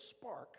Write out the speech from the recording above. spark